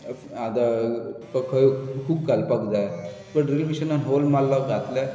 आतां तुका खंय हूक घालपाक जाय तुका ड्रील मॅशीनान होल मारलो घालो